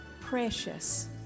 precious